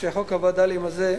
שחוק הווד”לים הזה,